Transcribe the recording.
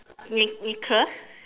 neck~ necklace